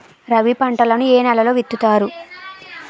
రబీ పంటలను ఏ నెలలో విత్తుతారు?